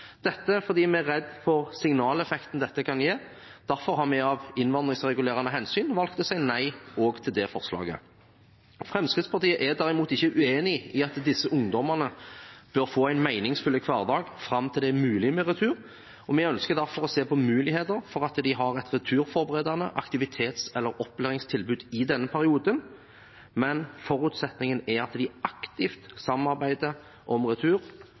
dette fordi vi er redd for signaleffekten det kan gi. Derfor har vi, av innvandringsregulerende hensyn, valgt å si nei også til det forslaget. Fremskrittspartiet er derimot ikke uenig i at disse ungdommene bør få en meningsfylt hverdag fram til det er mulig med retur, og vi ønsker derfor å se på muligheter for at de har et returforberedende aktivitets- eller opplæringstilbud i denne perioden, men forutsetningen er at de aktivt samarbeider om retur,